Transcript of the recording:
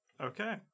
Okay